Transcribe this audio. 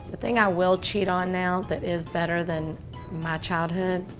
the thing i will cheat on now that is better than my childhood,